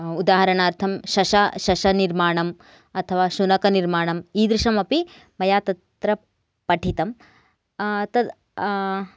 उदाहरणार्थं शश शशनिर्माणम् अथवा शुनकनिर्माणम् ईदृशमपि मया तत्र पठितं तत्